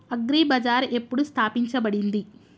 Agri Bazaar ఎప్పుడు స్థాపించబడింది?